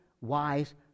wise